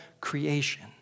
creation